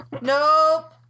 Nope